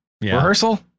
rehearsal